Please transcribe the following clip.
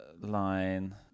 line